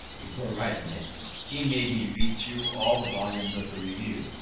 before writing it he made me read through all the volumes of the review,